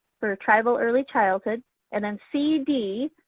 for tribal early childhood and then c, d,